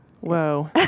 Whoa